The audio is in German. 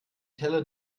teller